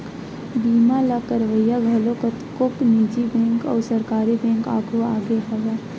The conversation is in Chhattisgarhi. बीमा ल करवइया घलो कतको निजी बेंक अउ सरकारी बेंक आघु आगे हवय